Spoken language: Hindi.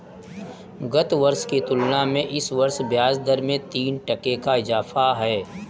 गत वर्ष की तुलना में इस वर्ष ब्याजदर में तीन टके का इजाफा है